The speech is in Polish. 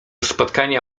spotkania